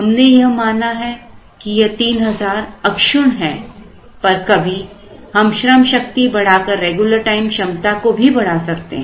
हमने यह माना है कि यह 3000 अक्षुण्ण है पर कभी हम श्रमशक्ति बढ़ाकर रेगुलर टाइम क्षमता को भी बढ़ा सकते हैं